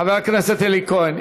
חבר הכנסת אלי כהן.